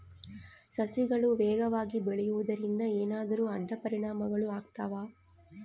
ಸಸಿಗಳು ವೇಗವಾಗಿ ಬೆಳೆಯುವದರಿಂದ ಏನಾದರೂ ಅಡ್ಡ ಪರಿಣಾಮಗಳು ಆಗ್ತವಾ?